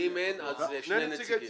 שני נציגי ציבור.